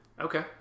Okay